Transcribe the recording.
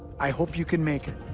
i hope you can make it.